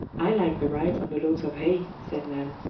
i like the rides on the loads of hay, said nan.